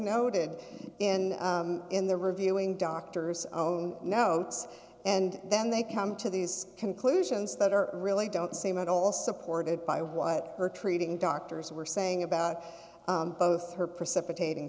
noted in in the reviewing doctor's own notes and then they come to these conclusions that are really don't seem at all supported by what her treating doctors were saying about both her precipitating